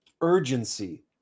urgency